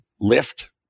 lift